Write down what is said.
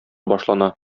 башлана